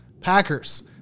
Packers